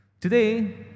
Today